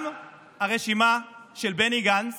גם הרשימה של בני גנץ